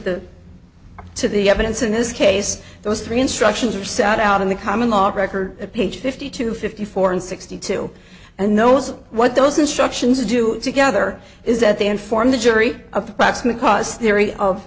the to the evidence in this case those three instructions are set out in the common log record at page fifty two fifty four and sixty two and knows what those instructions do together is that they inform the jury approximate cause theory of